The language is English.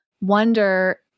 wonder